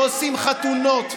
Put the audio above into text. לא עושים חתונות,